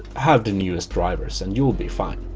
have the newest drivers and you'll be fine.